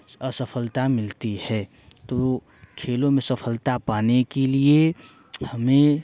असफलता मिलती है तो खेलो में सफलता पाने के लिए हमें